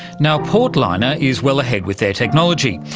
now, port-liner is well ahead with their technology,